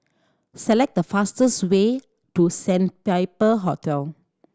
select the fastest way to Sandpiper Hotel